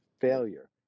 failure